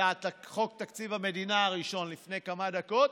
את חוק תקציב המדינה הראשון לפני כמה דקות,